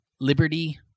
Liberty